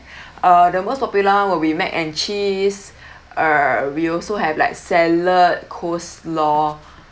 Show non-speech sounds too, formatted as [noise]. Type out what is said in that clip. [breath] uh the most popular will be mac and cheese uh we also have like salad coleslaw